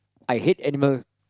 I hate animal